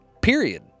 Period